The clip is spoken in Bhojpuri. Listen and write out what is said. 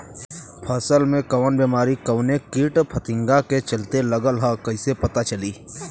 फसल में कवन बेमारी कवने कीट फतिंगा के चलते लगल ह कइसे पता चली?